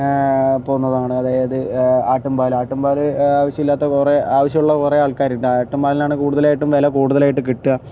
പോകുന്നതാണ് അതായത് ആട്ടും പാൽ ആട്ടുംപാല് ആവശ്യമില്ലാത്ത കുറേ ആവശ്യമുള്ള കുറെ ആൾക്കാരുണ്ട് ആട്ടും പാലിനാണ് കൂടുതലായിട്ടും വില കൂടുതലായിട്ടും കിട്ടുക